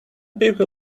people